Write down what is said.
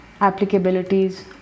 applicabilities